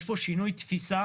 יש פה שינוי תפיסה